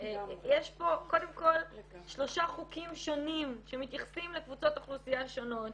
יש פה קודם כל שלושה חוקים שונים שמתייחסים לקבוצות אוכלוסייה שונות,